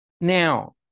Now